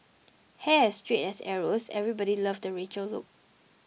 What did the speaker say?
hair as straight as arrows everybody loved the Rachel look